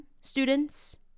students